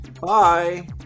bye